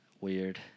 Weird